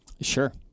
Sure